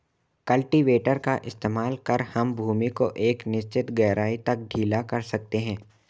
cultivator का इस्तेमाल कर हम भूमि को एक निश्चित गहराई तक ढीला कर सकते हैं